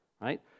right